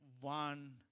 one